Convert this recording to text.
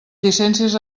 llicències